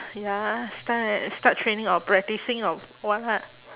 ya start uh start training or practising or what